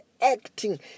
acting